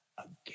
Again